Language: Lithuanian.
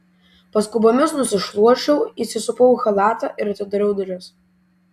paskubomis nusišluosčiau įsisupau į chalatą ir atidariau duris